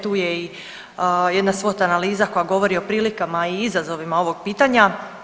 Tu je i jedna swot analiza koja govori o prilikama i izazovima ovog pitanja.